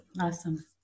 Awesome